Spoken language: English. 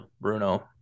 bruno